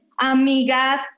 amigas